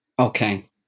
Okay